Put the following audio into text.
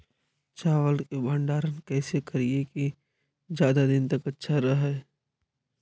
चावल के भंडारण कैसे करिये की ज्यादा दीन तक अच्छा रहै?